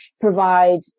provide